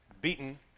beaten